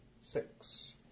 Six